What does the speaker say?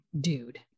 dude